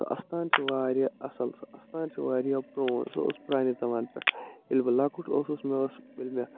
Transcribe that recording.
سُہ اَستان چھِ واریاہ اَصٕل سُہ اَستان چھِ واریاہ پرون سُہ اوس پرانہِ زمانہٕ پٮ۪ٹھ ییٚلہِ بہٕ لَکُٹ اوسُس مےٚ اوس ییٚلہِ مےٚ